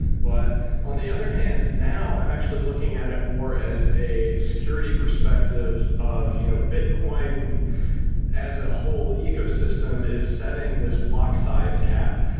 but on the other hand, now i'm actually looking at it more as a security perspective of you know bitcoin as a whole ecosystem is setting this block size cap,